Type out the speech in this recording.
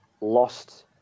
lost